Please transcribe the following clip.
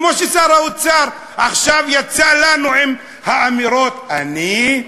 כמו ששר האוצר עכשיו יצא לנו עם האמירות: אני,